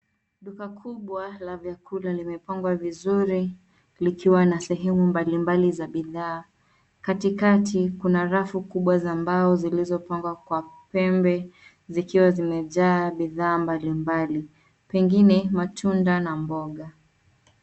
Duka kubwa la vyakula limepangwa vizuri, likiwa na sehemu mbalimbali za bidhaa. Katikati kuna rafu kubwa za mbao zilizopangwa kwa pembe zikiwa zimejaa bidhaa mbalimbali pengine matunda na mboga.